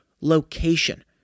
location